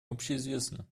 общеизвестно